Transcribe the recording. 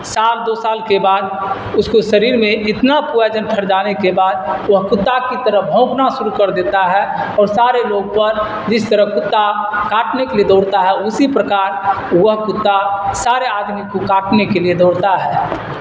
سال دو سال کے بعد اس کو شریر میں اتنا پوائجن بھر جانے کے بعد وہ کتا کی طرح بھونکنا شروع کر دیتا ہے اور سارے لوگ پر جس طرح کتا کاٹنے کے لیے دوڑتا ہے اسی پرکار وہ کتا سارے آدمی کو کاٹنے کے لیے دوڑتا ہے